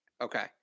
Okay